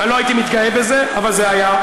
אני לא הייתי מתגאה בזה, אבל זה היה.